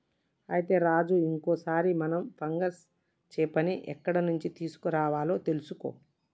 అయితే రాజు ఇంకో సారి మనం ఫంగస్ చేపని ఎక్కడ నుండి తీసుకురావాలో తెలుసుకో